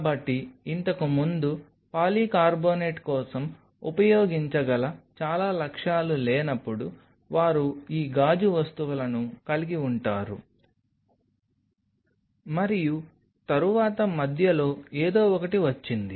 కాబట్టి ఇంతకుముందు పాలికార్బోనేట్ కోసం ఉపయోగించగల చాలా లక్ష్యాలు లేనప్పుడు వారు ఈ గాజు వస్తువులను కలిగి ఉంటారు మరియు తరువాత మధ్యలో ఏదో ఒకటి వచ్చింది